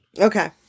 Okay